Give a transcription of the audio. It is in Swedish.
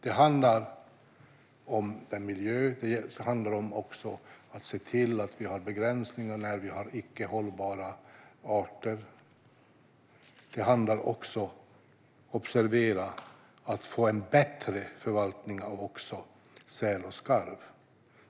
Det handlar om miljön. Det handlar om att se till att vi har begränsningar när vi har icke hållbara arter. Det handlar också om - observera det - att få en bättre förvaltning även av säl och skarv.